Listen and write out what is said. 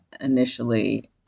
initially